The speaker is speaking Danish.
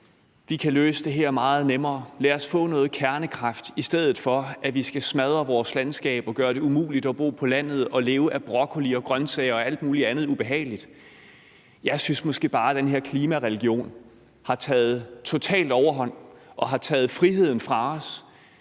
Vi kan løse det her meget nemmere. Lad os få noget kernekraft, i stedet for at vi skal smadre vores landskab og gøre det umuligt at bo på landet, og at vi skal leve af broccoli og grønsager og alt muligt andet ubehageligt. Jeg synes måske bare, at den her klimareligion har taget totalt overhånd, og at den har taget friheden fra os,